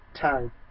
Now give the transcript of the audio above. Time